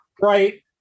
Right